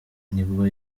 nibwo